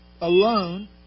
alone